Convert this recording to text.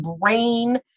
brain